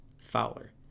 Fowler